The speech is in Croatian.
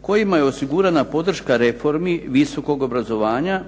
kojima je osigurana podrška reformi visokog obrazovanja,